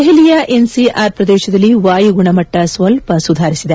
ದೆಹಲಿಯ ಎನ್ಸಿಆರ್ ಪ್ರದೇಶದಲ್ಲಿ ವಾಯುಗುಣಮಟ್ಟ ಸ್ವಲ್ಪ ಸುಧಾರಿಸಿದೆ